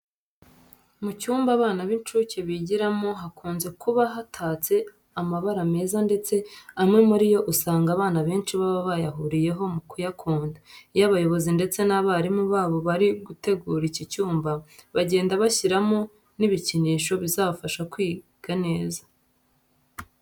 Mu cyumba abana b'incuke bigiramo hakunze kuba hatatse amabara meza ndetse amwe muri yo usanga abana benshi baba bayahuriyeho mu kuyakunda. Iyo abayobozi ndetse n'abarimu babo bari gutegura iki cyumba, bagenda bashyiramo n'ibikinisho bizabafasha kwiga neza.